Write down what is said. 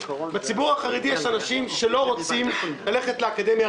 בציבור יש אנשים שלא רוצים ללכת רק לאקדמיה,